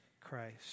Christ